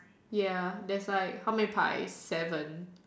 ya there's like how many pies seven